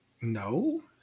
No